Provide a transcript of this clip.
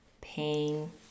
pain